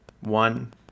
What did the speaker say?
One